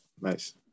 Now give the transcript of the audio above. Nice